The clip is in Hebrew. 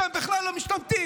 שהם בכלל לא משתמטים.